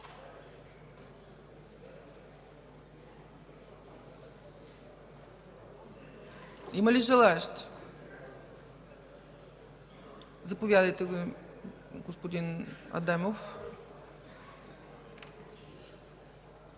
Има ли желаещи? Заповядайте, господин Адемов.